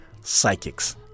psychics